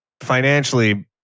financially